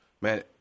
Man